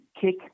kick